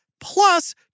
plus